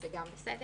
וזה גם בסדר.